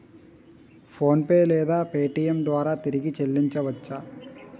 PhonePe లేదా Paytm ద్వారా తిరిగి చల్లించవచ్చ?